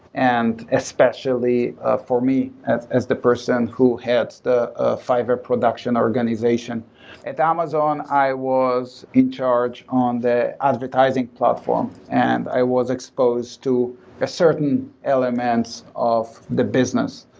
and especially for me as as the person who helps the ah fiverr production organization at the amazon, i was in charge on the advertising platform and i was exposed to a certain elements of the business.